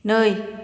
नै